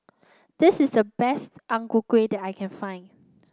this is the best Ang Ku Kueh that I can find